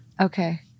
Okay